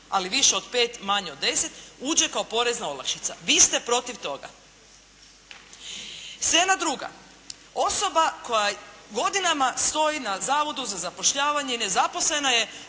ali više od 5 manje od 10, uđe kao porezna olakšica. Vi ste protiv toga. Scena druga. Osoba koja godinama stoji na zavodu za zapošljavanje i nezaposlena je,